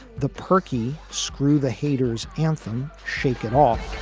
the perky screw the haters anthem shake it off